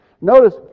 Notice